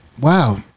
wow